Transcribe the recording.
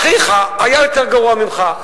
אחיך היה יותר גרוע ממך.